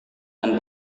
dan